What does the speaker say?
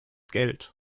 geld